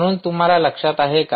म्हणून तुम्हाला लक्षात आहे का